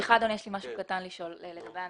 סליחה אדוני, יש לי משהו קטן לשאול לגבי הנוסח.